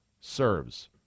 serves